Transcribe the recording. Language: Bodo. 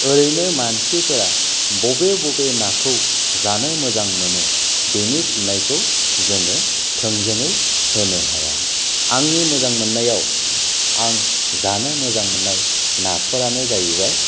ओरैनो मानसिफोरा बबे बबे नाखौ जानो मोजां मोनो बेनि फिननायखौ जोङो थोजोङै होनो हाया आंनि मोजां मोननायाव आं जानो मोजां मोननाय नाफोरानो जाहैबाय